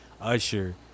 usher